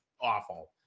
awful